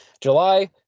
july